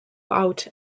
out